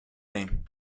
ایم